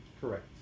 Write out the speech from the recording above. Correct